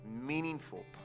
meaningful